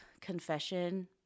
confession